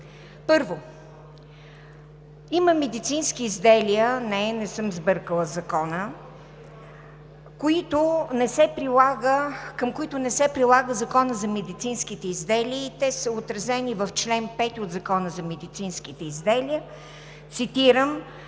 Първо, има медицински изделия (шум и реплики) – не, не съм сбъркала Закона, към които не се прилага Законът за медицинските изделия. Те са отразени в чл. 5 от Закона за медицинските изделия, цитирам: